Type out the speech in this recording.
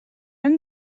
hem